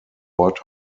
ort